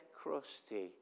crusty